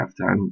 halftime